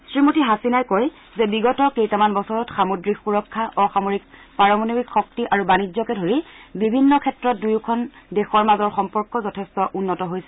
শ্ৰীমতী হাছিনাই কয় যে বিগত কেইটামান বছৰত সামুদ্ৰিক সুৰক্ষা অসামৰিক পাৰমাণৱিক শক্তি আৰু বাণিজ্যকে ধৰি বিভন্ন ক্ষেত্ৰত দুয়োদেশৰ মাজৰ সম্পৰ্ক যথেষ্ট উন্নত হৈছে